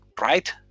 right